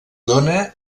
dóna